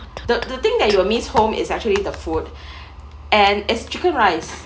the the thing that you will miss home is actually the food and is chicken rice